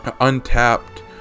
untapped